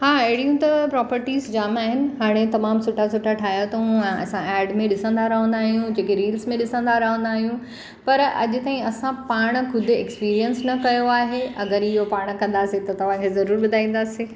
हा अहिड़ियूं त प्रापर्टीस जाम आहिनि हाणे तमामु सुठा सुठा ठाहियां अथऊं ऐं असां एड में ॾिसंदा रहंदा आहियूं जेके रील्स में ॾिसंदा रहंदा आहियूं पर अॼु ताईं असां पाण ख़ुदि एक्स्पीरियंस न कयो आहे अगरि इहो पाण कंदासीं त तव्हांखे ज़रूरु ॿुधाईंदासीं